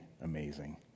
amazing